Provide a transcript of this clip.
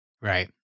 Right